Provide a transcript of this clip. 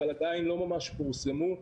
אבל עדיין לא ממש פורסמו,